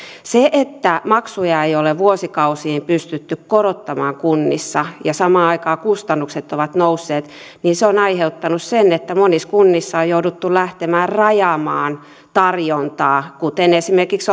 se että maksuja ei ole vuosikausiin pystytty korottamaan kunnissa ja samaan aikaan kustannukset ovat nousseet on aiheuttanut sen että monissa kunnissa on jouduttu lähtemään rajaamaan tarjontaa kuten esimerkiksi